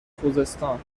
خوزستان